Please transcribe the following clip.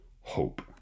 hope